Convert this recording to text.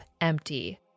empty